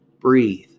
breathe